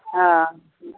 हँ